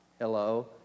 Hello